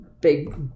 big